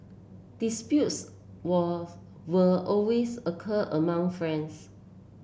disputes was were always occur among friends